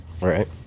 Right